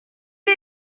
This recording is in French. est